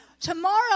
tomorrow